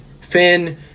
Finn